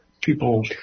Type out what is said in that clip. people